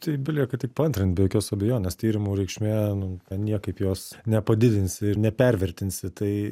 tai belieka tik paantrint be jokios abejonės tyrimų reikšmė nu ten niekaip jos nepadidinsi ir nepervertinsi tai